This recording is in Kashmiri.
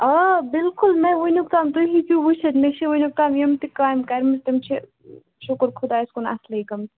آ بلکُل مےٚ وٕنیُکھ تام تُہۍ چھو وٕچھتھ مےٚ چھِ وٕنیُکھ تام یِم تہِ کامہِ کَرِمَژٕ تِم چھِ شُکُر خُدایس کُن اصلٕے گٔمژٕ